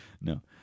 no